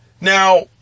Now